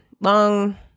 long